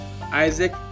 Isaac